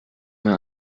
man